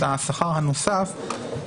את השכר הנוסף.